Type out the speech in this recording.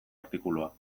artikulua